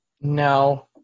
No